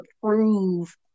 prove